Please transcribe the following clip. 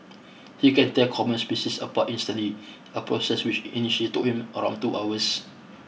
he can tell common species apart instantly a process which initially took him around two hours